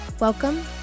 Welcome